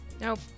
Nope